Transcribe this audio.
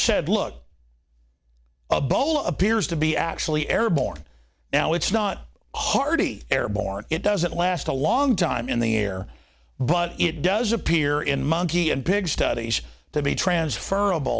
said look a bowl appears to be actually airborne now it's not hardy airborne it doesn't last a long time in the air but it does appear in monkey and pig studies to be transferable